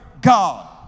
God